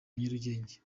nyarugenge